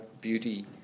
beauty